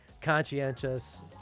conscientious